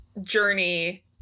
journey